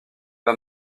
pas